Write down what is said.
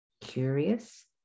curious